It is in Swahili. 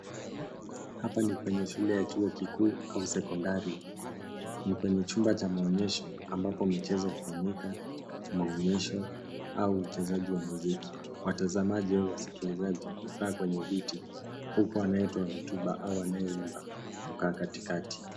Hapa ni kwenye chuo kikuu au sekondari kwenye chumba cha maonyesho ambapo michezo hufanyika, maonyesho au uchezaji wa muziki. Watazamaji au wasikilizaji hukaa kwenye viti huku anayetoa hotuba au anayeimba hukaa katikati.